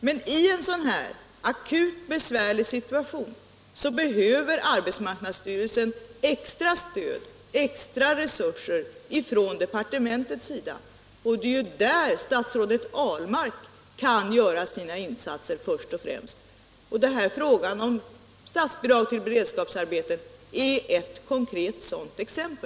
Men i en akut besvärlig situation behöver arbetsmarknadsstyrelsen extra stöd, extra resurser från departementet. Det är först och främst där statsrådet Ahlmark kan göra sina insatser. Statsbidrag till beredskapsarbeten är ett exempel på en konkret sådan åtgärd.